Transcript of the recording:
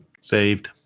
Saved